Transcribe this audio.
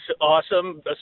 awesome